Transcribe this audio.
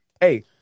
Hey